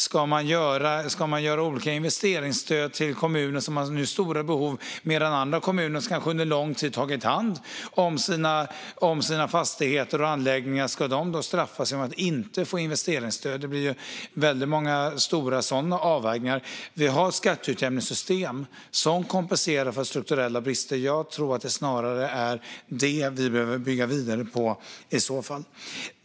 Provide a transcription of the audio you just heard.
Ska man ge investeringsstöd till kommuner som nu har stora behov medan andra kommuner som under lång tid har tagit hand om sina fastigheter och anläggningar straffas genom att man inte ger dem investeringsstöd? Det blir väldigt många sådana stora avvägningar. Vi har skatteutjämningssystem som kompenserar för strukturella brister. Jag tror att det snarare är det vi behöver bygga vidare på i så fall.